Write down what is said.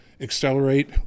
accelerate